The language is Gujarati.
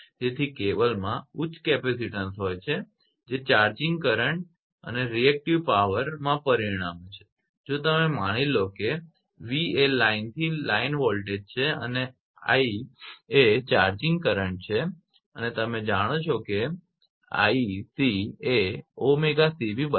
તેથી કેબલમાં ઉચ્ચ કેપેસિટેન્સ હોય છે જે ચાર્જિંગ કરંટ અને રિએક્ટીવ પાવર માં પરિણમે છે જો તમે માની લો કે V એ લાઇન થી લાઇન વોલ્ટેજ છે અને 𝐼𝑐 એ ચાર્જિંગ કરંટ છે અને તમે જાણો છો કે 𝐼𝑐 એ 𝜔𝐶𝑉 બરાબર છે